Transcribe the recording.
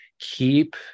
keep